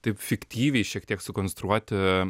taip fiktyviai šiek tiek sukonstruoti